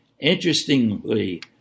Interestingly